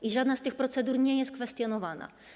I żadna z tych procedur nie jest kwestionowana.